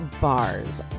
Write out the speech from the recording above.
bars